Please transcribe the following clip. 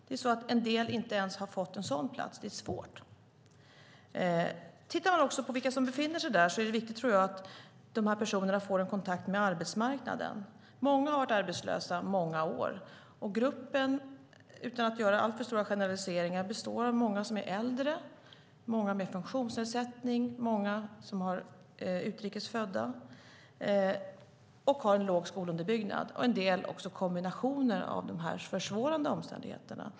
En del har inte ens fått en sådan plats - det är svårt. När det gäller de som befinner sig i sysselsättningsfasen tror jag att det är viktigt att dessa personer får en kontakt med arbetsmarknaden. Många har varit arbetslösa många år. Och gruppen, utan att generalisera alltför mycket, består av många som är äldre, många med funktionsnedsättning, många utrikes födda och många med låg skolunderbyggnad - en del i en kombination av dessa försvårande omständigheter.